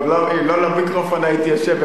לא למיקרופון הייתי יושב,